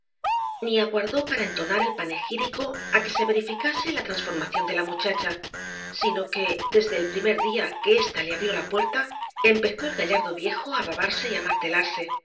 ni aguardó para entonar el panegírico á que se verificase la transformación de la muchacha sino que desde el primer día que ésta le abrió la puerta empezó el gallardo viejo á babarse y amartelarse